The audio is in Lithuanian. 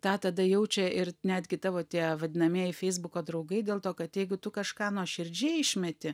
tą tada jaučia ir netgi tavo tie vadinamieji feisbuko draugai dėl to kad jeigu tu kažką nuoširdžiai išmeti